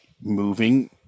moving